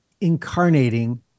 incarnating